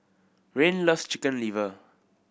Rayne loves Chicken Liver